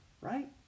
Right